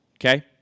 Okay